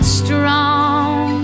strong